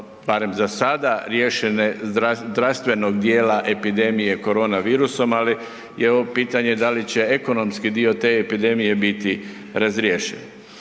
barem za sada, riješene zdravstvenog dijela epidemije korona virusom, ali je ovo pitanje da li će ekonomski dio te epidemije biti razriješen.